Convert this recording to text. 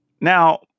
Now